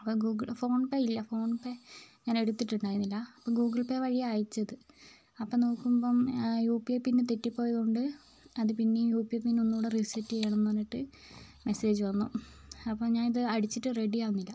അപ്പോൾ Google phone failure PhonePe ഞാൻ എടുത്തിട്ടുണ്ടായിരുന്നില്ല അപ്പം ഗൂഗിൾ പേ വഴിയാണ് അയച്ചത് അപ്പം നോക്കുമ്പം യു പി പിന്ന് തെറ്റിപോയത് കൊണ്ട് അത് പിന്നെ യു പി പിന്ന് ഒന്ന് കൂടെ റീസെറ്റ് ചെയ്യണമെന്ന് പറഞ്ഞിട്ട് മെസ്സേജ് വന്നു അപ്പോൾ ഞാനിത് അടിച്ചിട്ട് റെഡി ആകുന്നില്ല